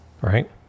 right